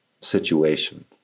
situation